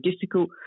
difficult